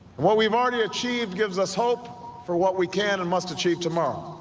what we've already achieved gives us hope for what we can and must achieve tomorrow